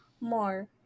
more